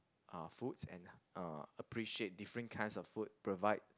uh foods and uh appreciate different kind of food provide